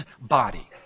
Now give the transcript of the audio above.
body